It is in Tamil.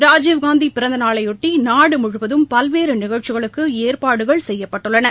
ராஜீவ்காந்திபிறந்தநாளையொட்டிநாடுமுழுவதும் பல்வேறுநிகழ்ச்சிகளுக்குஏற்பாடுகள் செய்யப்பட்டுள்ளன